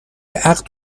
عقد